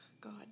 God